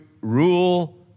rule